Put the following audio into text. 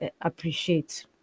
appreciate